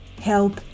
help